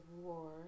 war